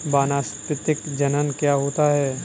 वानस्पतिक जनन क्या होता है?